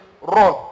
Run